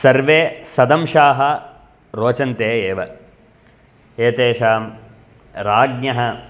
सर्वे सदंशाः रोचन्ते एव एतेषां राज्ञः